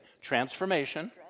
Transformation